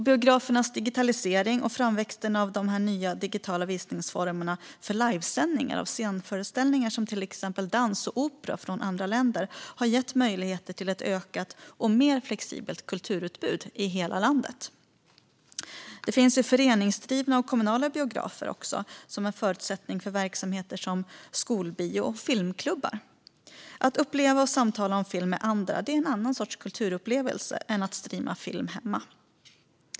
Biografernas digitalisering och framväxten av de nya digitala visningsformerna för live-sändningar av scenföreställningar som dans och opera från andra länder har gett möjligheter till ett ökat och mer flexibelt kulturutbud i hela landet. Det finns också föreningsdrivna och kommunala biografer som en förutsättning för verksamheter som skolbio och filmklubbar. Att uppleva och samtala om film med andra är en annan sorts kulturupplevelse än att streama film hemma.